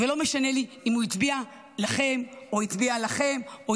לא משנה לי אם הוא הצביע לכם או הצביע לנו,